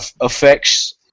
affects